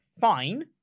fine